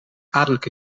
adellijke